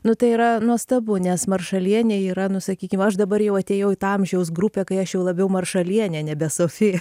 nu tai yra nuostabu nes maršalienė yra nu sakykim aš dabar jau atėjau į tą amžiaus grupę kai aš jau labiau maršalienė nebe sofi